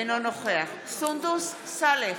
אינו נוכח סונדוס סאלח,